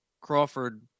Crawford